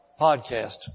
Podcast